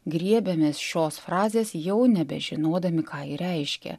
griebiamės šios frazės jau nebežinodami ką ji reiškia